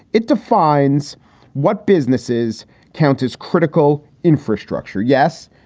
it defines what businesses count as critical infrastructure. yes,